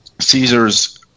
Caesars